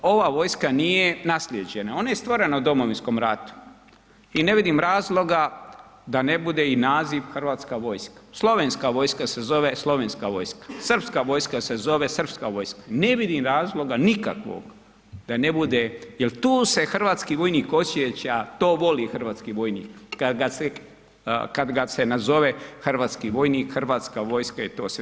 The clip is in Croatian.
Ova vojska nije naslijeđena, ona je stvorena u Domovinskom ratu i ne vidim razloga da ne bude i naziv Hrvatska vojska, Slovenska vojska se zove Slovenska vojska, Srpska vojska se zove Srpska vojska, ne vidim razloga nikakvog da ne bude, jer tu se hrvatski vojnik osjeća, to voli hrvatski vojnik kad ga se nazove hrvatski vojnik, Hrvatska vojska i to sve.